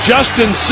Justin